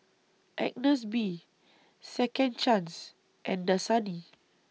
Agnes B Second Chance and Dasani